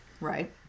Right